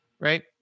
right